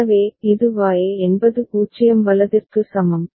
எனவே இது Y என்பது 0 வலதிற்கு சமம்